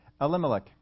Elimelech